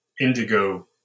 Indigo